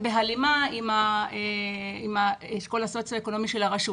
בהלימה עם האשכול הסוציו-אקונומי של הרשות.